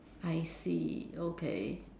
I see okay